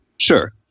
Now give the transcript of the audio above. Sure